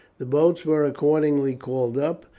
the boats were accordingly called up,